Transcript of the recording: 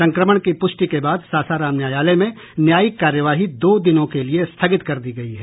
संक्रमण की प्रष्टि के बाद सासाराम न्यायालनय में न्यायिक कार्यवाही दो दिनों के लिए स्थगित कर दी गयी है